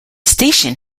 station